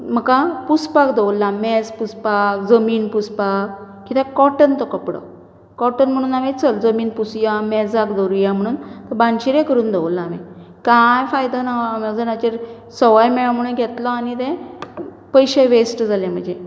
म्हाका पुसपाक दवरला मेज पुसपाक जमीन पुसपाक कित्याक कोटन तो कोपडो कोटन म्हुणून हांवें चल जमीन पुसुया मेजाक दवरुया म्हुणून भानशीरें करून दवरलां हांवें कांय फायदो ना एमेजोनाचेर सवाय मेळ्ळो म्हणून घेतलो आनी तें पयशे वेस्ट जाले म्हजे